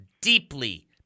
deeply